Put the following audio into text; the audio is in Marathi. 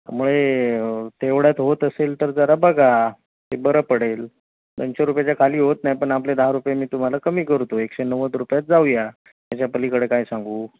त्यामुळे तेवढ्यात होत असेल तर जरा बघा ते बरं पडेल दोनशे रुपयाच्या खाली होत नाही पण आपले दहा रुपये मी तुम्हाला कमी करतो एकशे नव्वद रुपयात जाऊया याच्या पलीकडे काय सांगू